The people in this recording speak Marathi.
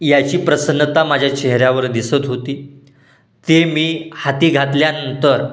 याची प्रसन्नता माझ्या चेहऱ्यावर दिसत होती ते मी हाती घातल्यानंतर